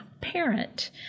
parent